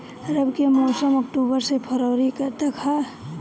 रबी के मौसम अक्टूबर से फ़रवरी तक ह